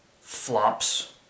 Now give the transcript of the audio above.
flops